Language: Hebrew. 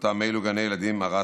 לאלו שבגני הילדים הרשמיים.